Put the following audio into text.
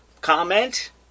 comment